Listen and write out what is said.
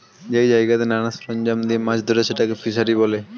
যেই জায়গাতে নানা সরঞ্জাম দিয়ে মাছ ধরে সেটাকে ফিসারী বলে